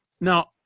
Now